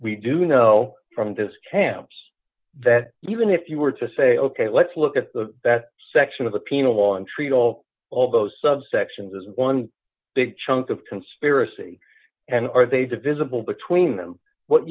we do know from this campus that even if you were to say ok let's look at the that section of the penal law and treat all all those subsections as one big chunk of conspiracy and are they divisible between them what